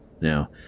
Now